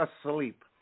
asleep